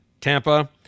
Tampa